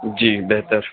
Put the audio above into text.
جی بہتر